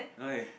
why